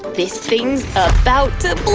this thing's about to